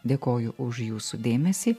dėkoju už jūsų dėmesį